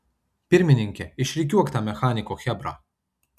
pirmininke išrikiuok tą mechaniko chebrą